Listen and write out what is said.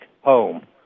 home